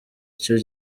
icyo